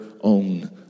own